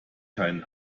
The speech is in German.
keinen